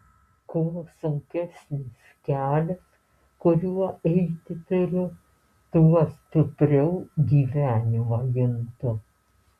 kuo sunkesnis kelias kuriuo eiti turiu tuo stipriau gyvenimą juntu